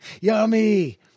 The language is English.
Yummy